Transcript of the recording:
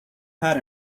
pat